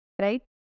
right